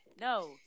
No